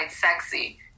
sexy